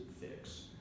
fix